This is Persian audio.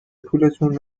پولتون